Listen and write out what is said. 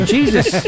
Jesus